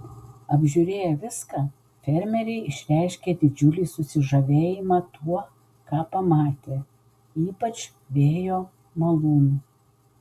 apžiūrėję viską fermeriai išreiškė didžiulį susižavėjimą tuo ką pamatė ypač vėjo malūnu